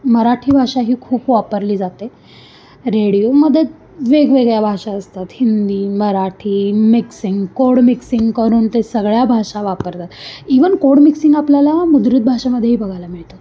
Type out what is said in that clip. मराठी भाषा ही खूप वापरली जाते रेडिओमध्ये वेगवेगळ्या भाषा असतात Hindi Marathi mixing code mixing करून ते सगळ्या भाषा वापरतात इव्हन कोड मिक्सिंग आपल्याला मुद्रित भाषांमध्येही बघायला मिळतो